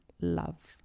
love